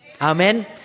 Amen